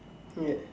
yes